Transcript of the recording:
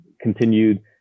continued